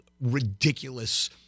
ridiculous